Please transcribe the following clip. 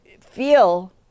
feel